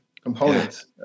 Components